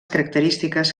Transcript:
característiques